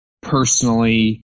personally